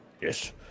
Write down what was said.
yes